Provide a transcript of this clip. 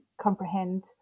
comprehend